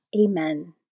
Amen